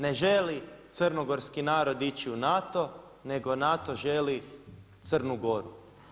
Ne želi crnogorski narod ići u NATO, nego NATO želi Crnu Goru.